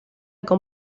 con